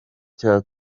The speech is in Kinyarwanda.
cya